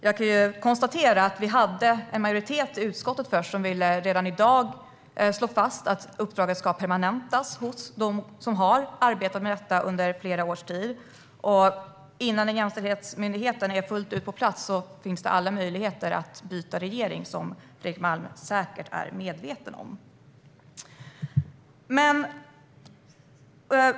Jag kan dock konstatera att vi först hade en majoritet i utskottet som redan i dag ville slå fast att uppdraget ska permanentas hos dem som har arbetat med detta i flera års tid. Innan en jämställdhetsmyndighet fullt ut är på plats finns det alla möjligheter att byta regering, vilket Fredrik Malm säkert är medveten om.